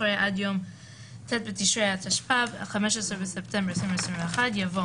אחרי "עד יום ט' בתשרי התשפ"ב (15 בספטמבר 2021)" יבוא